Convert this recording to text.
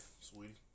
sweetie